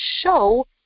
show